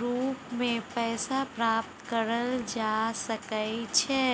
रूप मे पैसा प्राप्त कएल जा सकइ छै